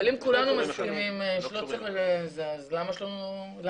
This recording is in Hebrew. אבל אם כולנו מסכימים שלא צריך ל אז למה זה במחלוקת?